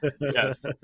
yes